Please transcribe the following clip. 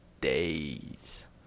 days